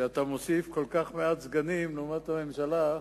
שאתה מוסיף כל כך מעט סגנים לעומת הממשלה,